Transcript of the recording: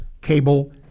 Cable